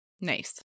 Nice